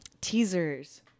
teasers